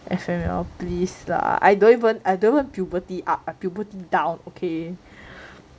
F_M_L please lah I don't even I don't even puberty up I puberty down okay